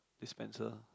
dispenser